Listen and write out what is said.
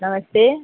नमस्ते